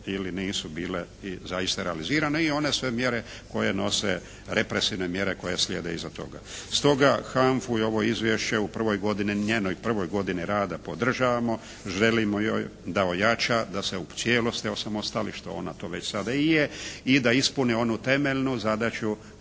ili nisu bile i zaista realizirane i one sve mjere koje nose represivne mjere koje slijede iza toga. Stoga HANFA-u i ovo izvješće u prvoj godini, njenoj prvoj godini rada podržavamo, želimo joj da ojača, da se u cijelosti osamostali što ona već sada i je i da ispune onu temeljnu zadaću